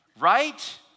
right